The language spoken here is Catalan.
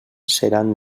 seran